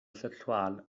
sexual